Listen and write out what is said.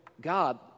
God